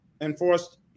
Enforced